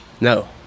No